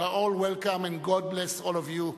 You are all welcome and God bless all of you.